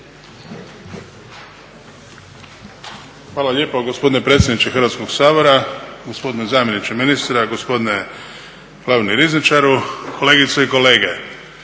Hvala lijepa gospodine predsjedniče Hrvatskog sabora, gospodine zamjeničke ministra, gospodine glavni rizničaru, kolegice i kolege.